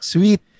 Sweet